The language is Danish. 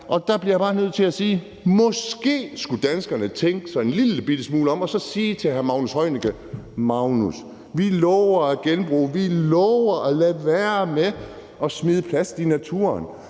af. Der bliver jeg bare nødt til at sige, at danskerne måske skulle tænke sig en lillebitte smule om og så sige til miljøministeren: Magnus, vi lover at genbruge, og vi lover at lade være med at smide plast i naturen,